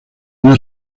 una